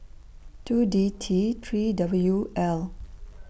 two D T three W L